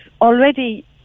already